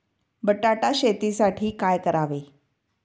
बटाटा शेतीसाठी काय करावे?